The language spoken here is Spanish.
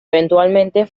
eventualmente